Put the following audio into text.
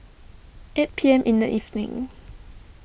eight P M in the evening